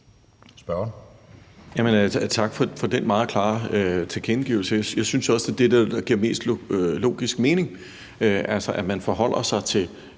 (S): Tak for den meget klare tilkendegivelse. Jeg synes også, det er det, der giver mest logisk mening, altså at man forholder sig til